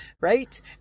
right